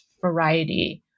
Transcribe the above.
variety